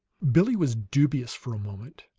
billie was dubious for a moment